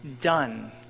done